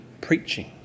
preaching